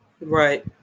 Right